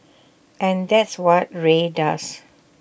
and that's what Rae does